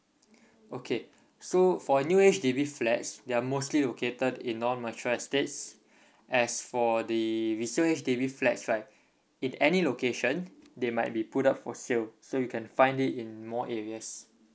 okay so for new H_D_B flats they're mostly located in non mature estates as for the resale H_D_B flats right in any location they might be put up for sale so you can find it in more areas